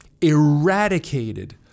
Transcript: eradicated